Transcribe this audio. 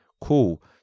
cool